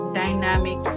dynamic